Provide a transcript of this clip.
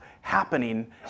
happening